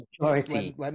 Majority